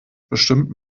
bestimmt